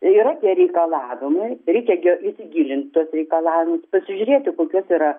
yra tie reikalavimai reikia ge įsigilint į tuos reikalavimus pasižiūrėti kokios yra